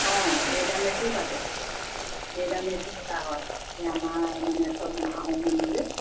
অঁ মে ডাম মেফিও পাতে মে ডাম মে ফিও পতা হয় সেই আমাৰ মানে চব আহোম মানুহ যে